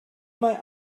mae